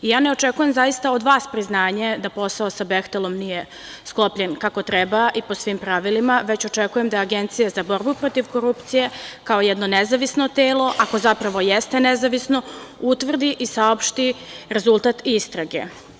Ne očekujem, zaista, od vas priznanje da posao sa „Behtelom“ nije sklopljen kako treba i po svim pravilima, već očekujem da Agencija za borbu protiv korupcije kao jedno nezavisno telo, ako zapravo jeste nezavisno, utvrdi i saopšti rezultat istrage.